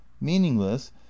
Meaningless